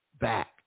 back